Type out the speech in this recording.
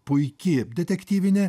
puiki detektyvinė